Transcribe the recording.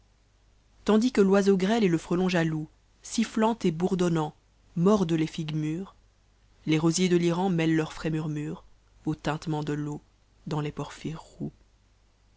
tandis que l'oiseau grêle et le frelon jaloux simant et bourdonnant mordent les figues mures les rosiers de l'iran mêlent leurs frais murmures au tintement de l'eau dans les porphyres